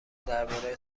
درباره